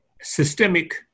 systemic